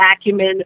acumen